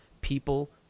People